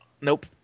Nope